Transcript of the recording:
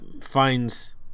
finds